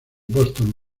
boston